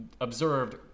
observed